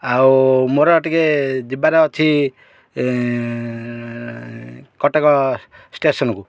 ଆଉ ମୋର ଟିକିଏ ଯିବାର ଅଛି କଟକ ଷ୍ଟେସନକୁ